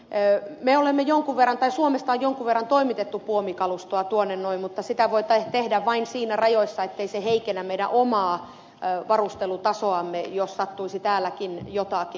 hei me olemme jo meren tai suomesta on jonkin verran toimitettu puomikalustoa sinne mutta sitä voidaan tehdä vain niissä rajoissa että se ei heikennä meidän omaa varustelutasoamme jos sattuisi täälläkin jotakin